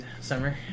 summer